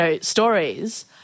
stories